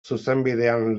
zuzenbidean